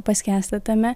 paskęsta tame